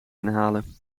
inhalen